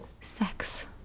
sex